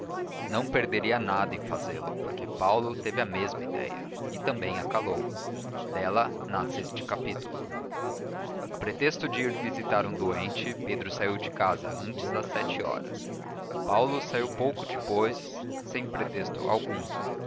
não perderia nada em fazê-lo porque paulo teve a mesma ideia e também a calou dela nasce este capítulo a pretexto de ir visitar um doente pedro saiu de casa antes das sete horas paulo saiu pouco depois sem pretexto algum